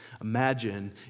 imagine